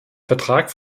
vertrag